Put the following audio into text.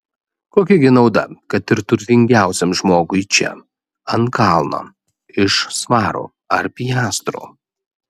kokia gi nauda kad ir turtingiausiam žmogui čia ant kalno iš svarų ar piastrų